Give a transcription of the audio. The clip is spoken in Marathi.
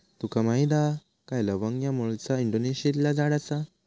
तुका माहीत हा काय लवंग ह्या मूळचा इंडोनेशियातला झाड आसा